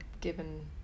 given